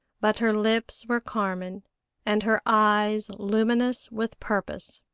but her lips were carmine and her eyes luminous with purpose.